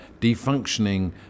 defunctioning